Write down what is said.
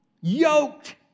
yoked